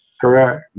Correct